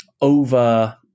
over